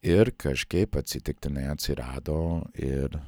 ir kažkaip atsitiktinai atsirado ir